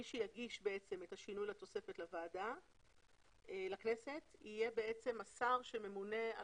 מי שיגיש את השינוי לתוספת לכנסת יהיה השר הממונה.